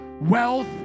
wealth